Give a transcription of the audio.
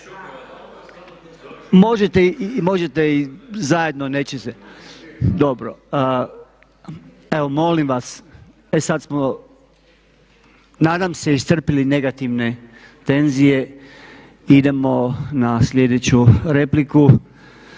možete i zajedno. Dobro. Evo molim vas, e sada smo nadam se iscrpili negativne tenzije i idemo na sljedeću repliku.